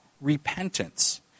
repentance